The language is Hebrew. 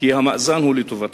כי המאזן הוא לטובתכם,